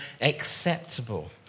acceptable